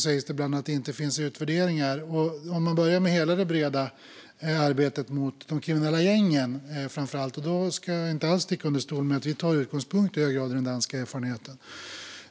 När det gäller hela det breda arbetet mot framför allt de kriminella gängen ska jag inte alls sticka under stol med att vi i hög grad tar vår utgångspunkt i den danska erfarenheten.